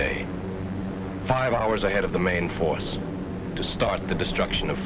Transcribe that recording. day five hours ahead of the main force to start the destruction of